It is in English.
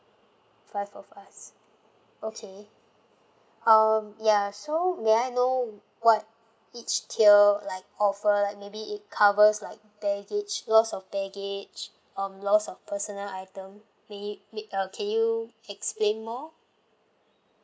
five of us okay um ya so may I know what each tier like offer like maybe it covers like baggage lost of baggage um loss of personal item will it uh can you explain more